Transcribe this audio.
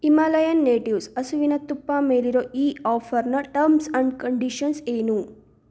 Himalayan natives ಹಸುವಿನ ತುಪ್ಪ ಮೇಲಿರೋ ಈ ಆಫರ್ನ ಟರ್ಮ್ಸ್ ಅಂಡ್ ಕಂಡೀಷನ್ಸ್ ಏನು